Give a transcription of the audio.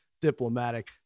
diplomatic